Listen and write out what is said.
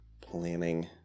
planning